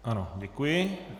Ano, děkuji.